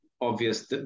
obvious